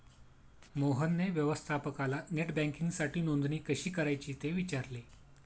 मोहनने व्यवस्थापकाला नेट बँकिंगसाठी नोंदणी कशी करायची ते विचारले